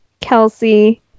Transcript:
kelsey